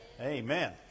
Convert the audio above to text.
Amen